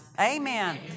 Amen